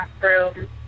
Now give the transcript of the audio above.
bathroom